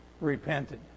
repented